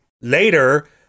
later